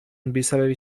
بسبب